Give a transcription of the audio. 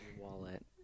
Wallet